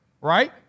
right